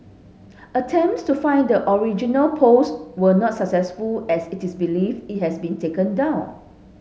attempts to find the original post were not successful as it is believed it has been taken down